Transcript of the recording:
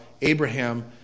abraham